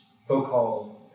so-called